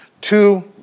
two